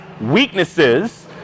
weaknesses